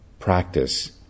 practice